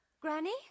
Granny